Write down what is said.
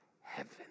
heaven